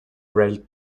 rail